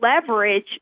leverage